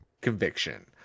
conviction